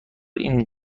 این